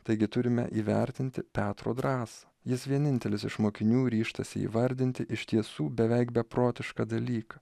taigi turime įvertinti petro drąsą jis vienintelis iš mokinių ryžtasi įvardinti iš tiesų beveik beprotišką dalyką